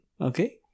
Okay